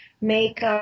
make